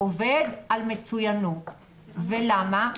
עובד על מצוינות, ולמה?